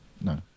No